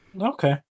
Okay